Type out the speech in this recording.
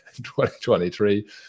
2023